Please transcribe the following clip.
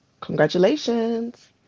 Congratulations